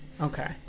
Okay